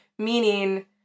meaning